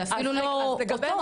זה אפילו לא אותו.